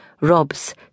Rob's